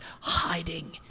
hiding